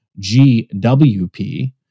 GWP